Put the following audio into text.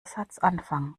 satzanfang